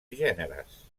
gèneres